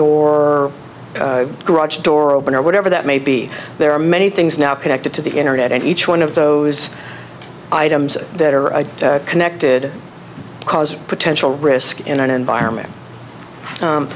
or garage door opener whatever that may be there are many things now connected to the internet and each one of those items that are connected cause a potential risk in an environment